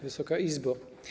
Wysoka Izbo!